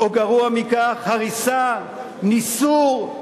או גרוע מכך, הריסה, ניסור?